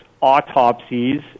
autopsies